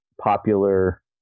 popular